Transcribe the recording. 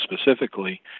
specifically